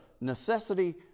necessity